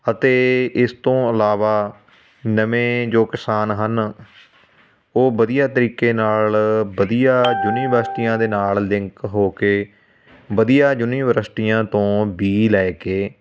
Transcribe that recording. ਅਤੇ ਇਸ ਤੋਂ ਇਲਾਵਾ ਨਵੇਂ ਜੋ ਕਿਸਾਨ ਹਨ ਉਹ ਵਧੀਆ ਤਰੀਕੇ ਨਾਲ ਵਧੀਆ ਯੂਨੀਵਰਸਿਟੀਆਂ ਦੇ ਨਾਲ ਲਿੰਕ ਹੋ ਕੇ ਵਧੀਆ ਯੂਨੀਵਰਸਿਟੀਆਂ ਤੋਂ ਬੀ ਲੈ ਕੇ